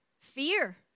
fear